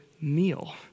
meal